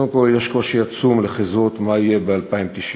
קודם כול, יש קושי עצום לחזות מה יהיה ב-2090,